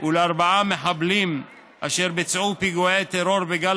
ולארבעה מחבלים אשר ביצעו פיגועי טרור בגל